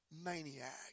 maniac